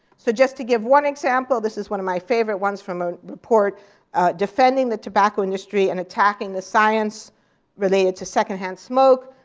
so just to give one example, this is one of my favorite ones from a report defending the tobacco industry and attacking the science related to secondhand smoke.